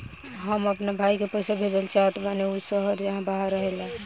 हम अपना भाई के पइसा भेजल चाहत बानी जउन शहर से बाहर रहेला